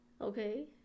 Okay